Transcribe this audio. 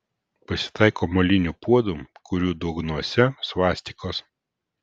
pasitaiko molinių puodų kurių dugnuose svastikos